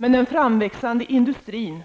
Men den framväxande industrin